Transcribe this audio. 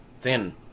thin